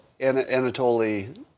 Anatoly